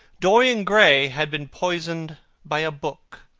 dorian gray had been poisoned by a book.